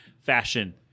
fashion